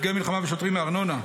נפגעי מלחמה ושוטרים מארנונה)